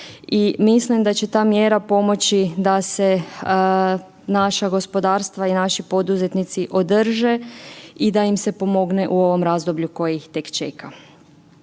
I mislim da će ta mjera pomoći da se naša gospodarstva i naši poduzetnici održe i da im se pomogne u ovom razdoblju koje ih tek čeka.